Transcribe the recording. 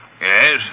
Yes